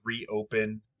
reopen